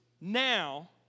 now